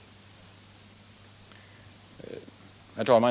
Herr talman!